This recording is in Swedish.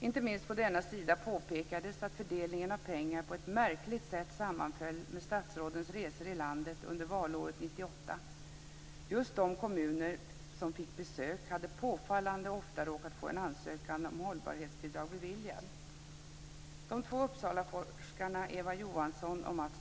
Inte minst på denna sida påpekades att fördelningen av pengar på ett märkligt sätt sammanföll med statsrådens resor i landet under valåret 1998. Just de kommuner som fick besök hade påfallande ofta råkat få en ansökan om hållbarhetsbidrag beviljad.